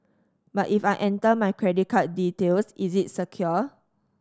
but if I enter my credit card details is it secure